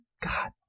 god